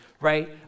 right